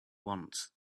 want